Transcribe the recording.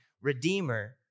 Redeemer